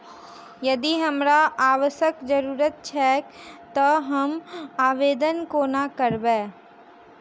यदि हमरा आवासक जरुरत छैक तऽ हम आवेदन कोना करबै?